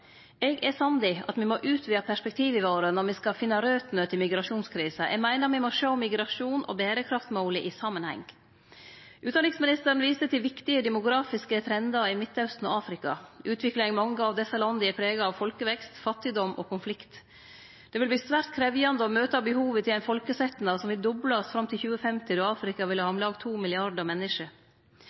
Eg er samd i at me må utvide perspektiva våre når me skal finne røtene til migrasjonskrisa. Eg meiner me må sjå migrasjon og berekraftmåla i samanheng. Utanriksministeren viste til viktige demografiske trendar i Midtausten og Afrika. Utviklinga i mange av desse landa er prega av folkevekst, fattigdom og konflikt. Det vil verte svært krevjande å møte behova til ein folkesetnad som vil doblast fram til 2050, då Afrika vil ha om lag 2 milliardar menneske.